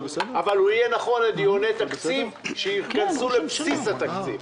אבל הוא יהיה נכון לדיוני תקציב שיכנסו לבסיס התקציב,